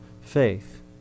faith